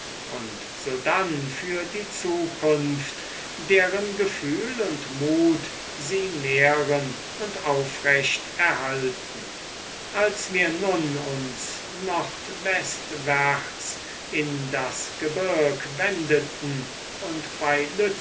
und sodann für die zukunft deren gefühl und mut sie nähren und aufrecht erhalten als wir nun uns nordwestwärts in das gebirg wendeten und bei